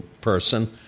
person